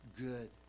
good